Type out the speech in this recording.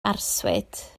arswyd